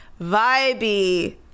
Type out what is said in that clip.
vibey